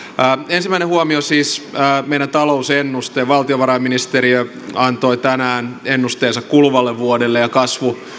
ensimmäinen huomio siis meidän talousennuste valtiovarainministeriö antoi tänään ennusteensa kuluvalle vuodelle ja kasvu